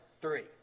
three